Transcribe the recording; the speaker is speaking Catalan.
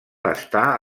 està